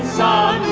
now